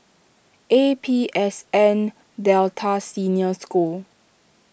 A P S N Delta Senior School